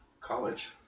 College